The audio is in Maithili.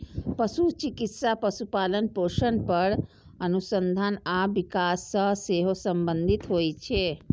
पशु चिकित्सा पशुपालन, पोषण पर अनुसंधान आ विकास सं सेहो संबंधित होइ छै